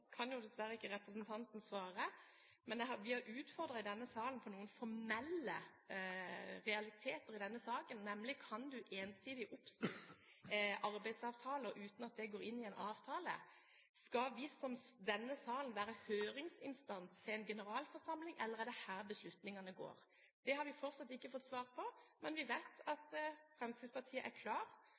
arbeidsavtaler uten at det går inn i en avtale. Skal denne salen være høringsinstans for en generalforsamling, eller er det her beslutningene tas? Det har vi fortsatt ikke fått svar på, men vi vet at Fremskrittspartiet er klar